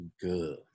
Good